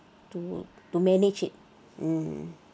to to manage it mm